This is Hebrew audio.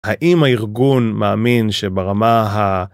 האם הארגון מאמין שברמה ה...